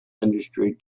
industry